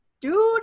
dude